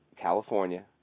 California